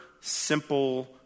simple